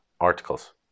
articles